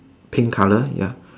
pink colour ya